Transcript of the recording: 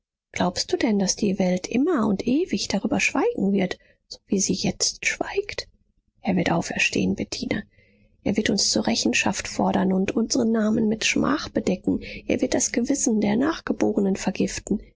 glaubst du denn daß die welt immer und ewig darüber schweigen wird so wie sie jetzt schweigt er wird auferstehen bettine er wird uns zur rechenschaft fordern und unsre namen mit schmach bedecken er wird das gewissen der nachgebornen vergiften